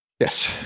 Yes